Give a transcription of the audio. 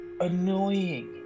annoying